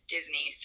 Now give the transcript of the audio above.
Disney